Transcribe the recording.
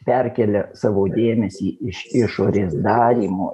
perkelia savo dėmesį iš išorės darymo